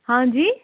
ہاں جی